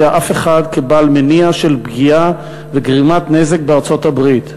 אף אחד כבעל מניע של פגיעה וגרימת נזק בארצות-הברית.